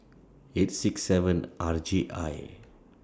eight six seven R J I